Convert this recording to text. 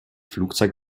flugzeit